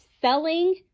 selling